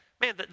man